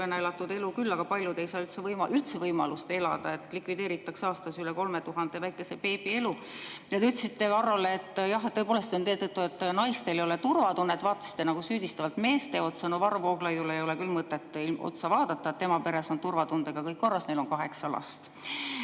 elatud elu küll, aga paljud ei saa üldse võimalust elada – aastas likvideeritakse üle 3000 väikese beebi elu. Te ütlesite Varrole, et jah, tõepoolest, see on seetõttu, et naistel ei ole turvatunnet, ja vaatasite nagu süüdistavalt meestele otsa. Varro Vooglaiule ei ole teil küll mõtet otsa vaadata, tema peres on turvatundega kõik korras, neil on kaheksa last.